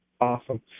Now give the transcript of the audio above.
awesome